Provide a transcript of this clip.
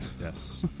yes